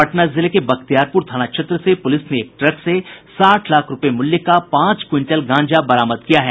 पटना जिले के बख्तियारपुर थाना क्षेत्र से पुलिस ने एक ट्रक से साठ लाख रूपये मूल्य का पांच क्विंटल गांजा बरामद किया है